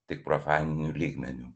tik profaniniu lygmeniu